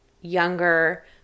younger